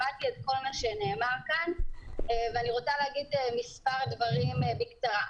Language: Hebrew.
שמעתי את כל מה שנאמר כאן ואני רוצה להגיד מספר דברים בקצרה.